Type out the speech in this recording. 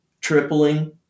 tripling